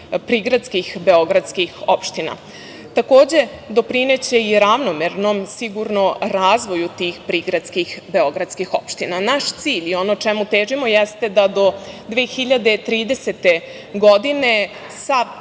prigradskih beogradskih opština. Takođe, doprineće i ravnomernom razvoju tih prigradskih beogradskih opština. Naš cilj i ono čemu težimo jeste da do 2030. godine sav javni